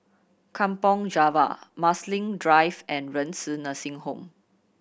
Kampong Java Marsiling Drive and Renci Nursing Home